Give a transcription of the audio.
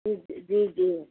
جی جی